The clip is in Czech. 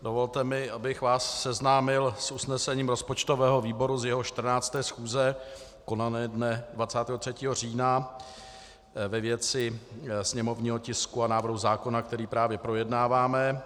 Dovolte mi, abych vás seznámil s usnesením rozpočtového výboru z jeho 14. schůze konané dne 23. října ve věci sněmovního tisku a návrhu zákona, který právě projednáváme.